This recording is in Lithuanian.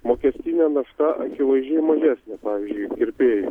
mokestinė našta akivaizdžiai mažesnė pavyzdžiui kirpėjai